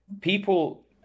people